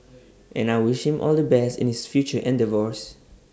and I wish him all the best in his future endeavours